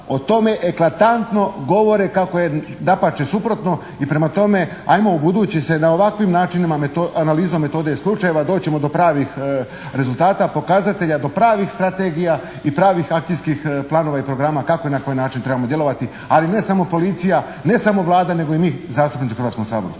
o tome eklatantno govore kako je, dapače suprotno. I prema tome, ajmo ubuduće se na ovakvim načinima analiza metoda i slučajeva doći ćemo do pravih rezultata, pokazatelja, do pravih strategija i pravih akcijskih planova i programa, kako i na koji način trebamo djelovati ali ne samo policija, ne samo Vlada, nego i mi zastupnici u Hrvatskom saboru.